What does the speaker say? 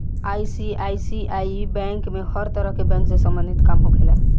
ICICI bank में हर तरह के बैंक से सम्बंधित काम होखेला